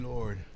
Lord